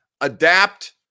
adapt